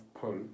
pull